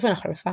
צופן החלפה